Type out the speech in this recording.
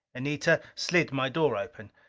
anita slid my door open.